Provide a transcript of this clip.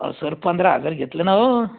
अहो सर पंधरा हजार घेतलं ना हो